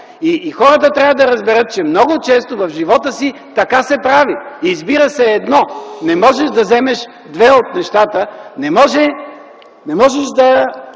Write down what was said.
Хората трябва да разберат, че много често в живота си така се прави – избира се едно. Не можеш да вземеш две от нещата, не можеш да